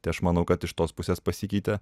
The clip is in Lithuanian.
tai aš manau kad iš tos pusės pasikeitė